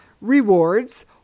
rewards